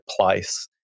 place